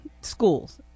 schools